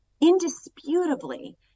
indisputably